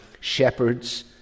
shepherds